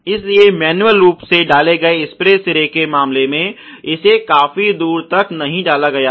इसलिए मैन्युअल रूप से डाले गए स्प्रे सिरे के मामले में इसे काफी दूर नहीं डाला गया है